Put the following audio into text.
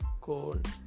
cold